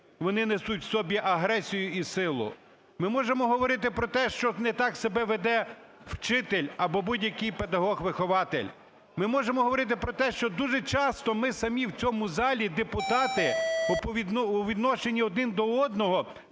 вони несуть в собі агресію і силу. Ми можемо говорити про те, що не так себе веде вчитель або будь-який педагог-вихователь, ми можемо говорити про те, що дуже часто ми самі в цьому залі, депутати, у відношенні один до одного